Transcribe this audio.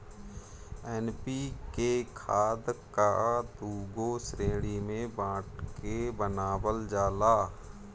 NPK खाद कअ दूगो श्रेणी में बाँट के बनावल जाला